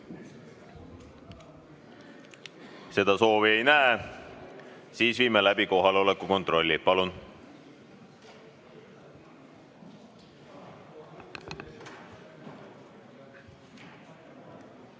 Seda soovi ei näe. Siis viime läbi kohaloleku kontrolli, palun!